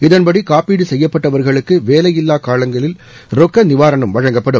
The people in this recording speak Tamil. இதன்படி காப்பீடு செய்யப்பட்டவர்களுக்கு வேலையில்லா காலங்களில் ரொக்க நிவாரணம் வழங்கப்படும்